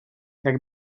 jak